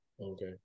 Okay